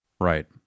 right